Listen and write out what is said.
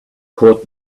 caught